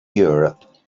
europe